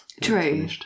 True